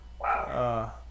Wow